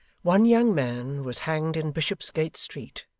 one young man was hanged in bishopsgate street,